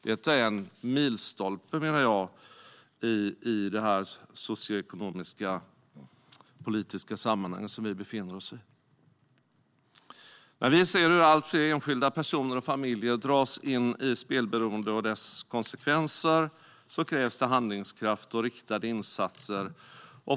Detta är en milstolpe i det socioekonomiska politiska sammanhanget. När vi ser hur allt fler enskilda personer och familjer dras in i spelberoende och dess konsekvenser krävs det handlingskraft och riktade insatser.